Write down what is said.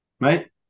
Right